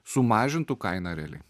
sumažintų kainą realiai